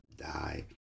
Die